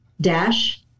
dash